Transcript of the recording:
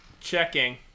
Checking